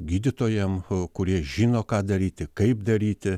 gydytojam kurie žino ką daryti kaip daryti